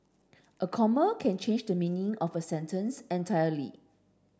a comma can change the meaning of a sentence entirely